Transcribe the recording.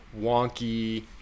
wonky